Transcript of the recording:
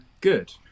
Good